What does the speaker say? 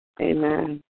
Amen